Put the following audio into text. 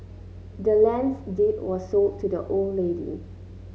the land's deed was sold to the old lady